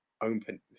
open